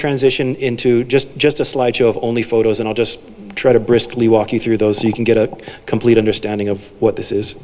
transition into just just a slideshow of only photos and i'll just try to briskly walk you through those so you can get a complete understanding of what this is